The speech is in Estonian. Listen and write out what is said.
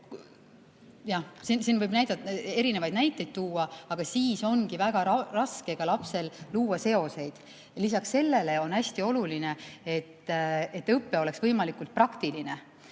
Jah, siin võib erinevaid näiteid tuua, aga siis ongi väga raske lapsel luua seoseid. Ja lisaks sellele on hästi oluline, et õpe oleks võimalikult praktiline,